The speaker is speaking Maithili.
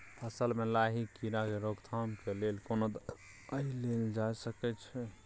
फसल में लाही कीरा के रोकथाम के लेल कोन दवाई देल जा सके छै?